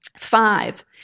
Five